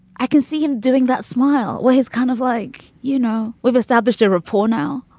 i can see him doing that smile. well, he's kind of like, you know, we've established a rapport now.